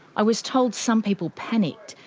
i was told some people panicked,